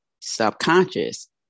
subconscious